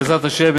בעזרת השם,